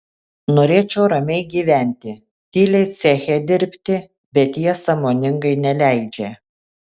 norėčiau ramiai gyventi tyliai ceche dirbti bet jie sąmoningai neleidžia